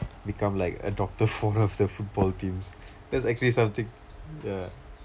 become like a doctor for the football teams that's actually something ya